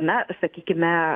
na sakykime